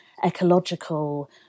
ecological